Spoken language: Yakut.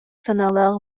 санаалаах